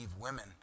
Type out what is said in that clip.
women